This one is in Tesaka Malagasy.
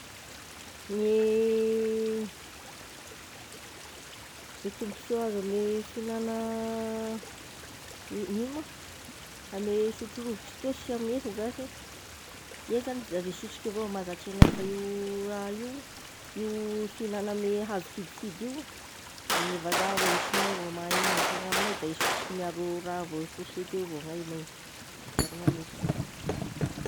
Gne e tombosoa azo avy ame fihignana gn'ino ma ame sotro rovitry toy sy ame mesa zashy, iahy zagny za de sotro eky avao mahazatry anay, fa io raha io io fihinana ame hazo kidikidy io da gne vazaha avao e sinoa evao mahay an'io fa gn'amignay da e sotro miaro raha vao fourchette vao gn'ainay miaro ena mesa.